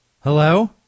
Hello